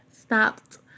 stopped